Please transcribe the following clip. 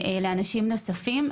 ולאנשים נוספים.